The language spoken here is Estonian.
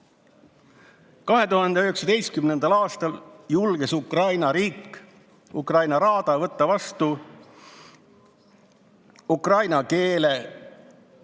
2019. aastal julges Ukraina riik, Ukraina raada võtta vastu ukraina keele